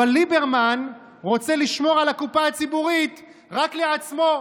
אבל ליברמן רוצה לשמור על הקופה הציבורית רק לעצמו,